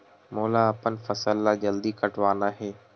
मोला अपन फसल ला जल्दी कटवाना हे?